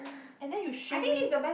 and then you shame me